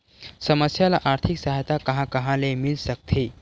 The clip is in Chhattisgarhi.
समस्या ल आर्थिक सहायता कहां कहा ले मिल सकथे?